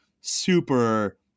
super